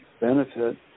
benefit